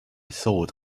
thought